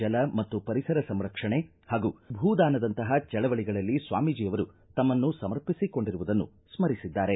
ಜಲ ಮತ್ತು ಪರಿಸರ ಸಂರಕ್ಷಣೆ ಹಾಗೂ ಭೂ ದಾನದಂತಹ ಚಳವಳಿಗಳಲ್ಲಿ ಸ್ವಾಮೀಜಿ ಅವರು ತಮ್ಮನ್ನು ಸಮರ್ಪಿಸಿಕೊಂಡಿರುವುದನ್ನು ಸ್ಥರಿಸಿದ್ದಾರೆ